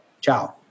Ciao